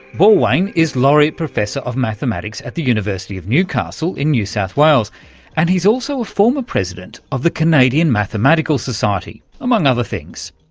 borwein is laureate professor of mathematics at the university of newcastle in new south wales and he's also a former president of the canadian mathematical society, among other things.